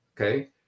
Okay